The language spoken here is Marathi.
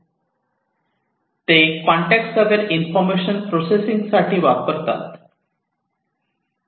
ते कॉन्टेक्सट अवेर इन्फॉर्मेशन प्रोसेसिंग साठी वापरतात